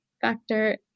factor